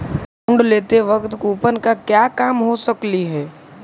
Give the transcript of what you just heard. bond लेते वक्त coupon का क्या काम हो सकलई हे